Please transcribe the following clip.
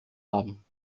haben